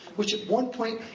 which at one point,